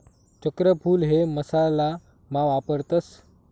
चक्रफूल हे मसाला मा वापरतस